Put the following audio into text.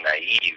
naive